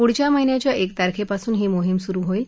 पुढच्या महिन्याच्या एक तारखणिपून ही मोहीम सुरु होईल